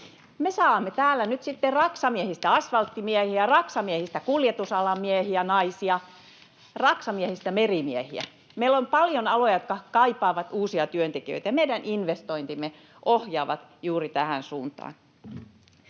Me saamme täällä nyt sitten raksamiehistä asfalttimiehiä, raksamiehistä kuljetusalan miehiä ja naisia, raksamiehistä merimiehiä. Meillä on paljon aloja, jotka kaipaavat uusia työntekijöitä, ja meidän investointimme ohjaavat juuri tähän suuntaan.